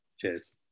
cheers